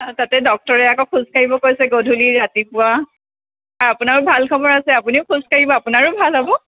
তাতে ডক্টৰে আক' খোজ কাঢ়িব কৈছে গধূলি ৰাতিপুৱা আপোনাৰো ভাল খবৰ আছে আপুনিও খোজ কাঢ়িব আপোনাৰ ভাল হ'ব